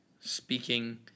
speaking